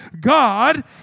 God